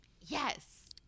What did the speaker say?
Yes